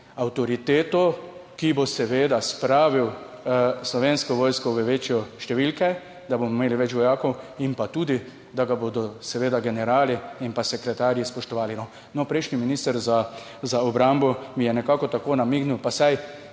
ki bo seveda spravil Slovensko vojsko v večje številke, da bomo imeli več vojakov in pa tudi, da ga bodo seveda generali in sekretarji spoštovali. No, prejšnji minister za obrambo mi je nekako tako namignil, pa vsaj,